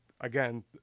again